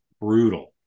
brutal